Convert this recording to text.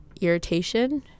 irritation